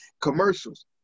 commercials